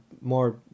more